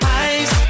eyes